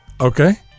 Okay